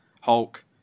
Hulk